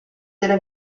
della